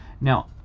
Now